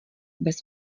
bez